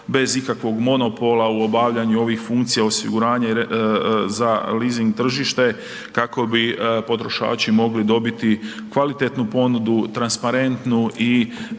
bez ikakvog monopola u obavljanju ovih funkcija osiguranja za leasing tržište kako bi potrošači mogli dobiti kvalitetnu ponudu, transparentu i